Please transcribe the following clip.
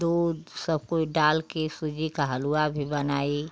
दूध सब कुछ डाल कर सूजी का हलवा भी बनाई